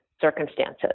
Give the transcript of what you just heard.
circumstances